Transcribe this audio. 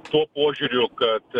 tuo požiūriu kad